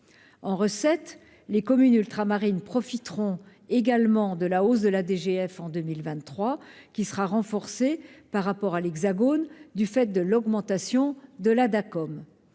de recettes, les communes ultramarines profiteront également de la hausse de la DGF en 2023, laquelle sera renforcée par rapport à l'Hexagone du fait de l'augmentation de la